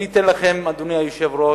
אני אתן לכם, אדוני היושב-ראש,